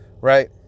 right